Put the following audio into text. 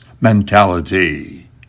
mentality